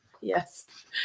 Yes